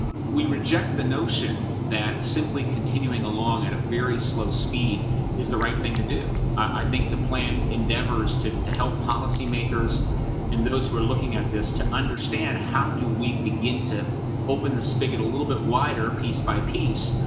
and we reject the notion that simply continuing along at a very slow speed is the right thing to do. i think the plan endeavors to to help policymakers and those who are looking at this to understand how do we begin to open the spigot a little bit wider piece by piece?